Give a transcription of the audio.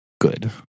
good